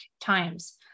times